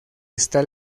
está